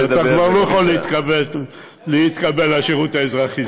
אתה כבר לא יכול להתקבל לשירות האזרחי,